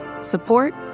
support